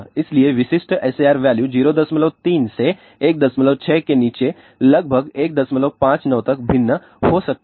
इसलिए विशिष्ट SAR value 03 से 16 के नीचे लगभग 159 तक भिन्न हो सकता है